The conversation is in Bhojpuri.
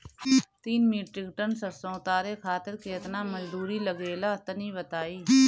तीन मीट्रिक टन सरसो उतारे खातिर केतना मजदूरी लगे ला तनि बताई?